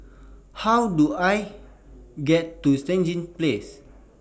How Do I get to Stangee Place